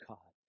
God